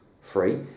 free